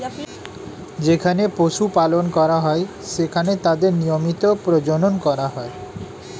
যেখানে পশু পালন করা হয়, সেখানে তাদের নিয়মিত প্রজনন করা হয়